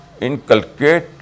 inculcate